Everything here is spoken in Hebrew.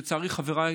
שלצערי חבריי